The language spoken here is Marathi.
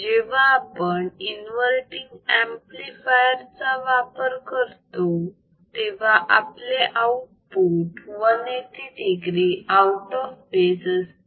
जेव्हा आपण इन्वर्तींग ऍम्प्लिफायर चा वापर करतो तेव्हा आपले output 180 degree out of phase असते